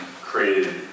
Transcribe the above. created